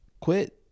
quit